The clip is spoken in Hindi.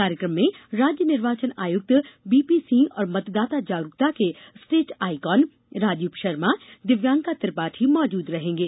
कार्यक्रम में राज्य निर्वाचन आयुक्त बीपी सिंह और मतदाता जागरूकता के स्टेट आईकॉन राजीव वर्मा दिव्यंका त्रिपाठी मौजूद रहेंगें